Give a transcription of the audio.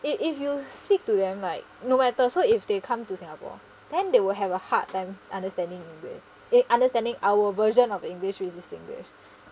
if if you speak to them like no matter so if they come to singapore then they will have a hard time understanding english eh understanding our version of english which is singlish